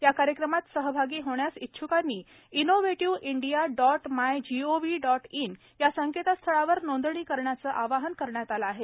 या कार्यक्रमात सहभागी होण्यास इच्छुकांनी innovative India dot my G O V dot in या संकेतस्थळावर नोंदणी करण्याचं आवाहन करण्यात आलं आहे